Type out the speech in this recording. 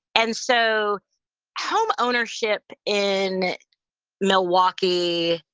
and so home ownership in milwaukee.